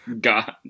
God